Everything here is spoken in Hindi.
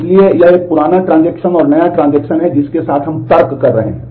इसलिए यह एक पुराना ट्रांज़ैक्शन और नया ट्रांज़ैक्शन है जिसके साथ हम तर्क कर रहे हैं